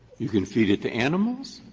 you can feed it to animals,